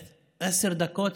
עשר דקות,